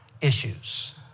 issues